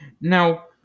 Now